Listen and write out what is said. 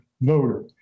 voter